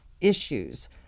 issues